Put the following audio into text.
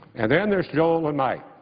and then there's' joel and mike,